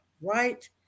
right